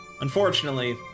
Unfortunately